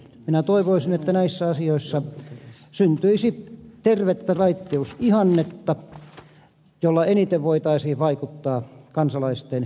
minä toivoisin että näissä asioissa syntyisi tervettä raittiusihannetta jolla eniten voitaisiin vaikuttaa kansalaisten mielipiteisiin